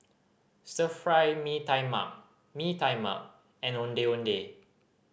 Stir Fry Mee Tai Mak Mee Tai Mak and Ondeh Ondeh